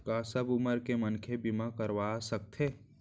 का सब उमर के मनखे बीमा करवा सकथे?